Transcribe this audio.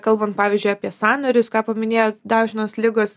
kalbant pavyzdžiui apie sąnarius ką paminėjot dažnos ligos